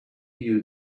knew